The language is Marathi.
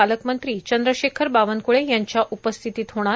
पालकमंत्री चंद्रशेखर बावनक्ळे यांच्या उपस्थितीत होणार